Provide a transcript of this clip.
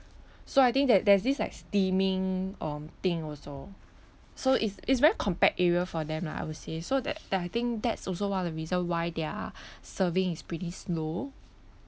so I think that there's this like steaming um thing also so it's it's very compact area for them lah I would say so that that I think that's also one of the reason why their serving is pretty slow